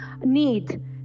need